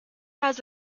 has